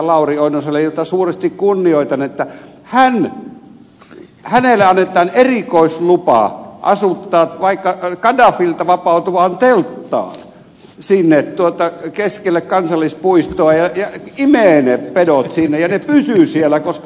lauri oinoselle jota suuresti kunnioitan että hänelle annetaan erikoislupa asuttaa vaikka gaddafilta vapautuvaan telttaan sinne keskelle kansallispuistoa imeä ne pedot sinne ja ne pysyvät siellä koska ed